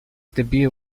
debut